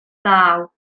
ddaw